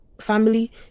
family